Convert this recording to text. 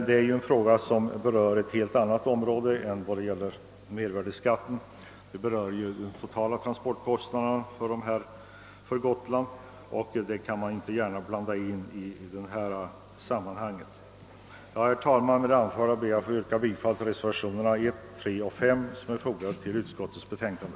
Detta problem berör för övrigt ett helt annat område än mervärdeskatten, nämligen de totala transportkostnaderna för Gotland, och dem kan man inte gärna blanda in i detta sammanhang. Herr talman! Med det anförda ber jag att få yrka bifall till reservationerna 1, 3 och 5, som är fogade till utskottets betänkande.